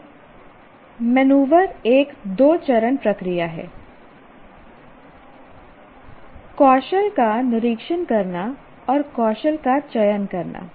फिर मेनूवर एक 2 चरण प्रक्रिया है कौशल का निरीक्षण करना और कौशल का चयन करना